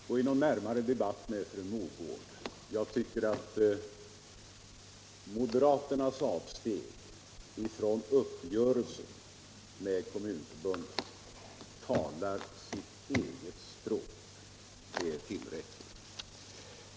Herr talman! Jag skall inte gå i någon närmare debatt med fru Mogård. Jag tycker att moderaternas avsteg från uppgörelsen med Kommunförbundet talar sitt eget språk. Det är tillräckligt.